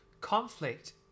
conflict